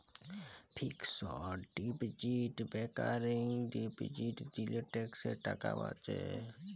fixed deposit recurring deposit দিলে ট্যাক্সের টাকা বাঁচে